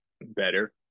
better